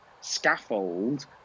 scaffold